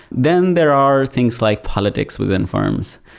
then there are things like politics within firms,